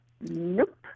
nope